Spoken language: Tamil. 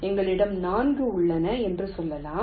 எங்களிடம் 4 உள்ளன என்று சொல்லலாம்